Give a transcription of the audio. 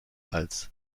als